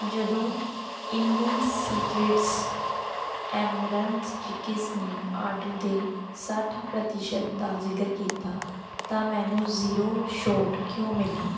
ਜਦੋਂ indie secrets amaranth chikkis ਨੇ order 'ਤੇ ਸੱਠ ਪ੍ਰਤੀਸ਼ਤ ਦਾ ਜ਼ਿਕਰ ਕੀਤਾ ਤਾਂ ਮੈਨੂੰ ਜ਼ੀਰੋ ਛੋਟ ਕਿਉਂ ਮਿਲੀ